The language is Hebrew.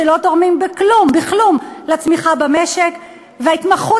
שלא תורמים בכלום לצמיחה במשק וההתמחות